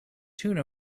tune